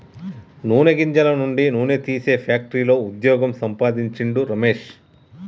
నూనె గింజల నుండి నూనె తీసే ఫ్యాక్టరీలో వుద్యోగం సంపాందించిండు రమేష్